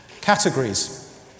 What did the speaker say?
Categories